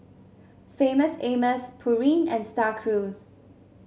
Famous Amos Pureen and Star Cruise